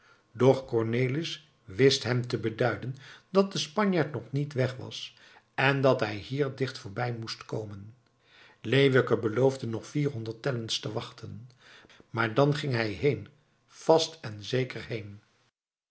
doch cornelis wist hem te beduiden dat de spanjaard nog niet weg was en dat hij hier dicht voorbij moest komen leeuwke beloofde nog vierhonderd tellens te wachten maar dan ging hij heen vast en